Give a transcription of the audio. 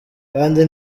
kandi